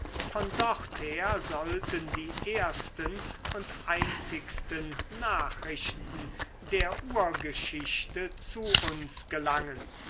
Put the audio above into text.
von dorther sollten die ersten und einzigsten nachrichten der urgeschichte zu uns gelangen